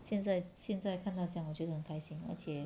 现在现在看到这样我觉得很开心而且